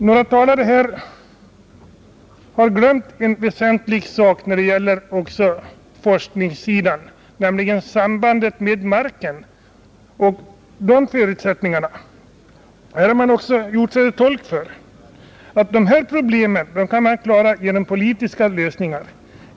Några talare här har glömt en väsentlig sak när det gäller forskningen, nämligen sambandet med marken. Här har man gjort sig till tolk för uppfattningen att de här problemen kan klaras genom politiska lösningar.